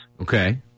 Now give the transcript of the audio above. Okay